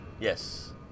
Yes